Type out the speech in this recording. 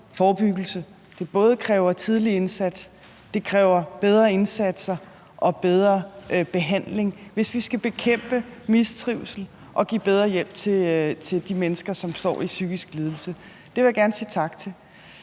det kræver en tidlig indsats, og at det kræver bedre indsatser og bedre behandling, hvis vi skal bekæmpe mistrivsel og give bedre hjælp til de mennesker, som har en psykisk lidelse. Det vil jeg gerne sige tak for.